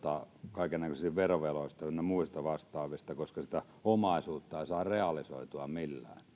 kaikennäköisiä verovelkoja ynnä muita vastaavia koska sitä omaisuutta ei saa realisoitua millään